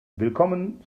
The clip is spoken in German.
willkommen